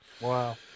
Wow